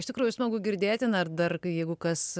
iš tikrųjų smagu girdėti na ir dar jeigu kas